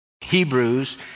Hebrews